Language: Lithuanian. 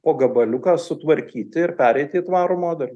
po gabaliuką sutvarkyti ir pereiti į tvarų modelį